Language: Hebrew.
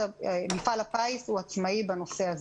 מפעל הפיס עצמאי בנושא הזה,